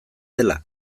dela